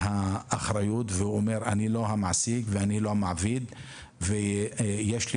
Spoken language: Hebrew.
מהאחריות והוא אומר: אני לא המעסיק ולא המעביד ויש לי